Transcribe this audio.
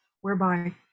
whereby